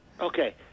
Okay